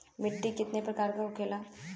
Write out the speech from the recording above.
मिट्टी कितना प्रकार के होखेला?